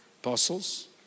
Apostles